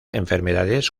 enfermedades